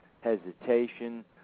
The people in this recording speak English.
hesitation